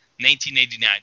1989